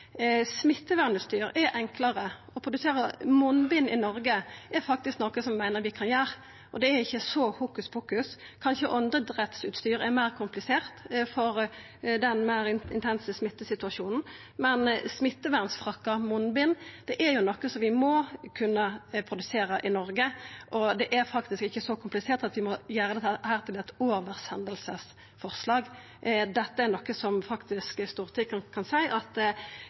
er enklare. Å produsera munnbind i Noreg er faktisk noko som eg meiner vi kan gjera, og det er ikkje så hokuspokus. Kanskje andedråttsutstyr er meir komplisert, for den meir intense smittesituasjonen, men smittevernfrakkar og munnbind er noko som vi må kunna produsera i Noreg. Det er faktisk ikkje så komplisert at vi må gjera dette til eit oversendingsforslag. Her kan Stortinget seia at vi har nok erfaring no til å vita at dette